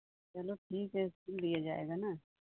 चलो ठीक है सिल दिए जाएगा ना